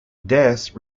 des